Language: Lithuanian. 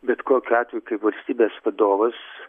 bet kokiu atveju kaip valstybės vadovas